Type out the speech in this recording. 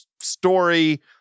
story